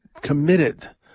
committed